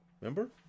Remember